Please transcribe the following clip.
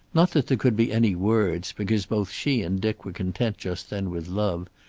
not that there could be any words, because both she and dick were content just then with love,